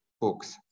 books